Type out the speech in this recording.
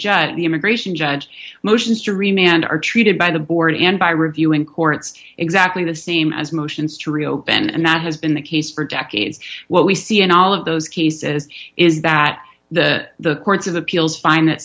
judge the immigration judge motions to remain and are treated by the board and by reviewing courts exactly the same as motions to reopen and that has been the case for decades what we see in all of those cases is that the courts of appeals find that